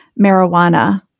marijuana